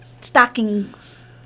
stockings